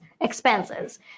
expenses